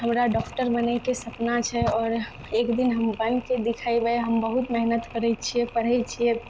हमरा डॉक्टर बनै के सपना छै आओर एकदिन हम बन के दिखैबै हम बहुत मेहनत करै छियै पढ़ै छियै